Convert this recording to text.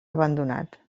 abandonat